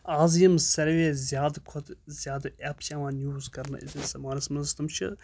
آز یِم ساروے زیادٕ کھۄتہٕ زیادٕ اٮ۪پٕس یِوان یوٗز کَرنہٕ أزۍکِس زَمانَس منٛز تِم چھِ